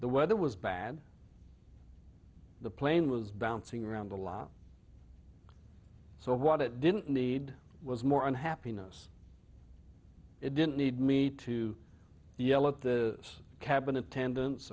the weather was bad the plane was bouncing around a lot so what it didn't need was more unhappiness it didn't need me to yell at the cabin attendan